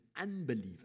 unbeliever